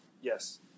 Yes